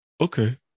okay